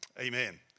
Amen